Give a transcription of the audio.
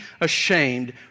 ashamed